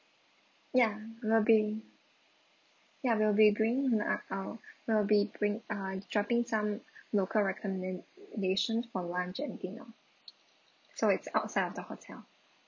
ya we'll be ya we'll be bringing uh uh we'll be bri~ uh dropping some local recommendations for lunch and dinner so it's outside of the hotel